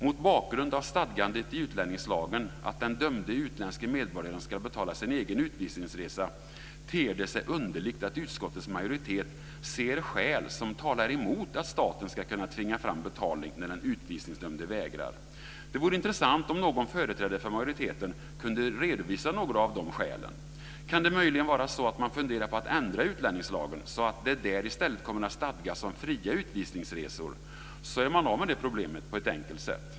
Mot bakgrund av stadgandet i utlänningslagen att den dömde utländske medborgaren ska betala sin egen utvisningsresa ter det sig underligt att utskottets majoritet ser skäl som talar emot att staten ska kunna tvinga fram betalning när den utvisningsdömde vägrar. Det vore intressant om någon företrädare för majoriteten kunde redovisa några av de skälen. Kan det möjligen vara så att man funderar på att ändra utlänningslagen, så att det där i stället kommer att stadgas om fria utvisningsresor och att man därmed är av med problemet på ett enkelt sätt?